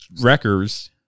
records